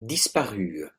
disparue